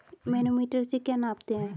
Manometer से क्या नापते हैं?